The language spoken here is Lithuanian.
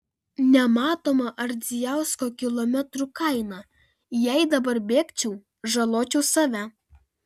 nematoma ardzijausko kilometrų kaina jei dabar bėgčiau žaločiau save